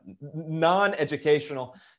non-educational